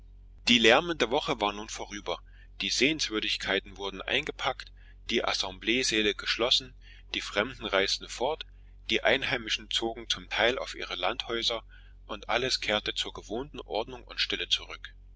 die lärmende woche war nun vorüber die sehenswürdigkeiten wurden eingepackt die assembleesäle geschlossen die fremden reisten fort die einheimischen zogen zum teil auf ihre landhäuser und alles kehrte zur gewohnten ordnung und stille zurück